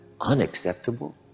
unacceptable